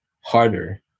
harder